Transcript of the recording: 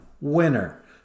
Winner